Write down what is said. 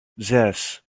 zes